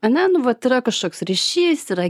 ana nu vat yra kažkoks ryšys yra